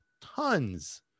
tons